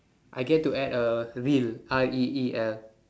I get to add a reel R E E L